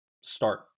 start